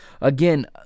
again